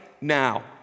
now